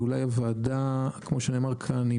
על ניהול הוועדה הזאת.